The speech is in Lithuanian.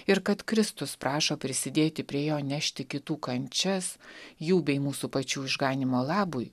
ir kad kristus prašo prisidėti prie jo nešti kitų kančias jų bei mūsų pačių išganymo labui